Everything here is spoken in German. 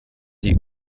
die